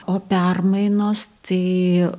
o permainos tai